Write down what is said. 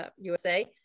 USA